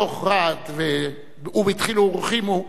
מתוך רעד ובדחילו ורחימו,